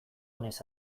onez